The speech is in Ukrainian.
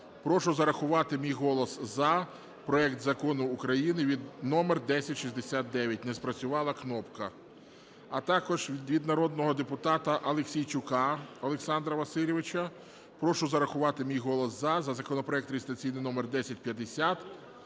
Прошу зарахувати мій голос "за" проект Закону України номер 1069 – не спрацювала кнопка. А також від народного депутата Аліксійчука Олександра Васильовича. Прошу зарахувати мій голос "за" за законопроект (реєстраційний номер 1050),